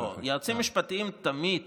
לא, יועצים משפטיים תמיד